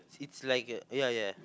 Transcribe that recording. it's like a ya ya